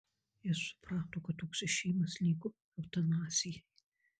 jis suprato kad toks išėjimas lygu eutanazijai